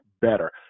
better